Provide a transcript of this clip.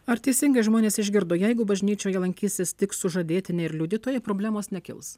ar teisingai žmonės išgirdo jeigu bažnyčioje lankysis tik sužadėtiniai ir liudytojai problemos nekils